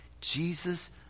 Jesus